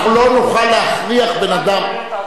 אנחנו לא נוכל להכריח בן-אדם,